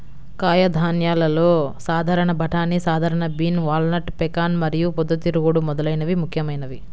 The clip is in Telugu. కాయధాన్యాలలో సాధారణ బఠానీ, సాధారణ బీన్, వాల్నట్, పెకాన్ మరియు పొద్దుతిరుగుడు మొదలైనవి ముఖ్యమైనవి